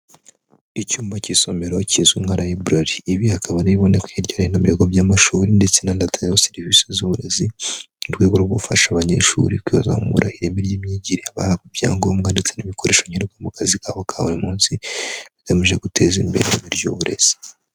Icyumba cy'isomero kizwi nka rayiburari, ibi hakaba ari ibiboneksa hirya no hino mu bigo by'amashuri ndetse n'andi atanga serivisi z'uburezi mu rwego rwo gufasha abanyeshuri kuzamura ireme ry'imyigire bahabwa ibyangombwa ndetse n'ibikoresho nyenerwa mu kazi kabo ka buri munsi, bigamije guteza imbere ireme ry'uburezi.